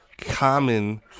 Common